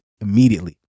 immediately